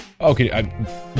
Okay